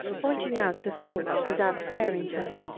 pointing out the faults, without sparing her.